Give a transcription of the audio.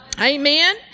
Amen